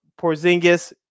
Porzingis